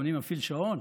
אדוני מפעיל שעון?